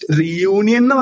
reunion